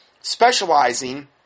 specializing